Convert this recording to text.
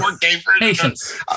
Patience